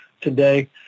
today